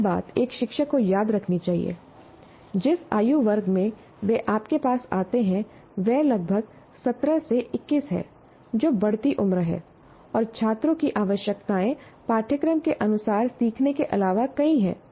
एक और बात एक शिक्षक को याद रखनी चाहिए जिस आयु वर्ग में वे आपके पास आते हैं वह लगभग 17 से 21 है जो बढ़ती उम्र है और छात्रों की आवश्यकताएं पाठ्यक्रम के अनुसार सीखने के अलावा कई हैं